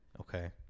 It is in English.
Okay